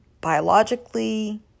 biologically